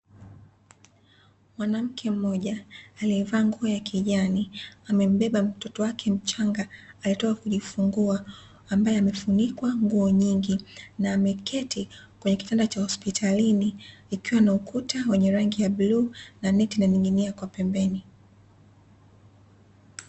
Mwanamke mmoja aliyevaa nguo ya kijani, amembeba mtoto wake mchanga alietoka kujifungua ambaye amefunikwa nguo nyingi, na ameketi kwenye kitanda cha hospitalini, ikiwa na ukuta wenye rangi ya bluu na neti inaning'inia kwa pembeni.